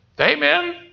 Amen